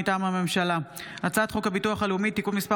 מטעם הממשלה: הצעת חוק הביטוח הלאומי (תיקון מס'